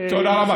תודה רבה,